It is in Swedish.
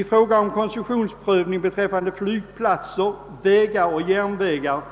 I fråga om koncessionsprövning beträffande flygplatser, vägar och järnvägar